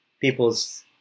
people's